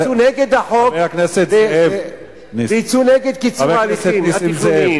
שיצאו נגד החוק ויצאו נגד קיצור ההליכים התכנוניים.